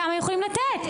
כמה הם יכולים לתת?